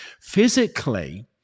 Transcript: Physically